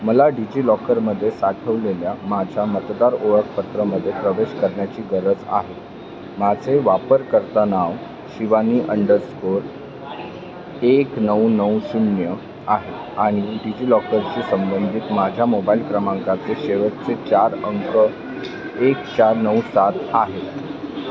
मला डिजि लॉकरमध्ये साठवलेल्या माझ्या मतदार ओळखपत्रामध्ये प्रवेश करण्याची गरज आहे माझे वापरकर्ता नाव शिवानी अंडरस्कोर एक नऊ नऊ शून्य आहे आणि डिजि लॉकरशी संबंधित माझ्या मोबाईल क्रमांकाचे शेवटचे चार अंक एक चार नऊ सात आहे